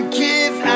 give